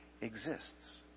exists